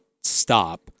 stop